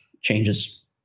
changes